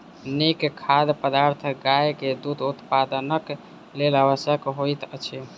नीक खाद्य पदार्थ गाय के दूध उत्पादनक लेल आवश्यक होइत अछि